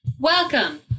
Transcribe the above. Welcome